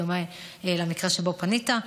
בדומה למקרה שבו פנית.